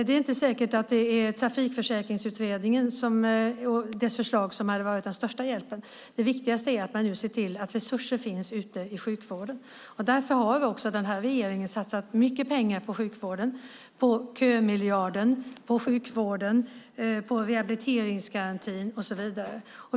Det är inte säkert att Trafikskadeutredningen och dess förslag vore den största hjälpen; det viktigaste är att se till att det finns resurser ute i sjukvården. Därför har denna regering också satsat mycket pengar på sjukvården - kömiljarden, rehabiliteringsgarantin och så vidare.